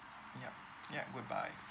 yup ya goodbye